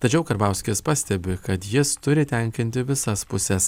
tačiau karbauskis pastebi kad jis turi tenkinti visas puses